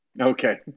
Okay